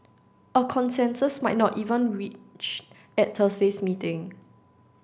a consensus might not even reached at Thursday's meeting